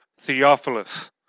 Theophilus